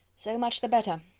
so much the better.